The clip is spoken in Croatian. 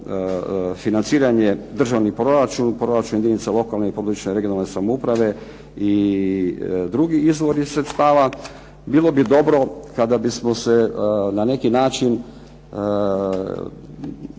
financiranje državni proračun, proračun jedinica lokalne i područne (regionalne) samouprave i drugi izvori sredstava bio bi dobro kada bismo se na neki način mogli